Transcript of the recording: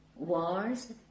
Wars